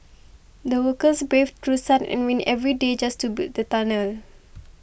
the workers braved through sun and rain every day just to build the tunnel